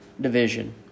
division